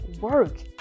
work